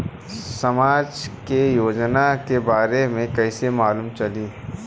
समाज के योजना के बारे में कैसे मालूम चली?